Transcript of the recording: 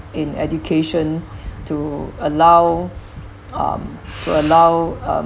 in education to allow um to allow um